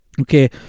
Okay